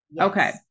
Okay